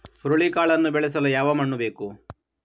ಹುರುಳಿಕಾಳನ್ನು ಬೆಳೆಸಲು ಯಾವ ಮಣ್ಣು ಬೇಕು?